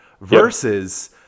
versus